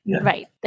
Right